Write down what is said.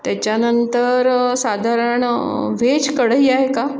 त्याच्यानंतर साधारण व्हेज कढई आहे का